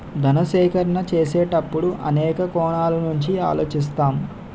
ధన సేకరణ చేసేటప్పుడు అనేక కోణాల నుంచి ఆలోచిస్తాం